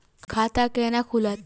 खाता केना खुलत?